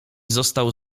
został